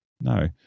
No